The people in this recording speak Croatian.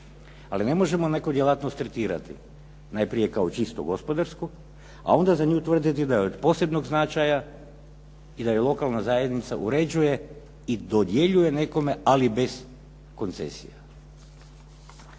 Ali ne možemo neku djelatnost tretirati najprije kao čistu gospodarsku, a onda za nju tvrditi da je od posebnog značaja i da je lokalna zajednica uređuje i dodjeljuje nekome ali bez koncesija.